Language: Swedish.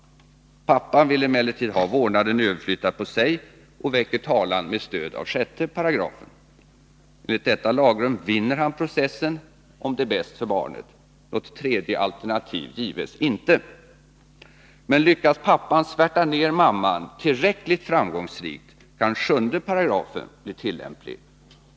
Pappan vill emellertid ha vårdnaden överflyttad på sig och väcker talan med stöd av 6 §. Enligt detta lagrum vinner han processen om det är bäst för barnet. Något tredje alternativ gives inte. Men lyckas pappan svärta ned mamman tillräckligt framgångsrikt, kan 7 § bli tillämplig.